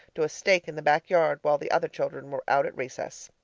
to a stake in the back yard while the other children were out at recess.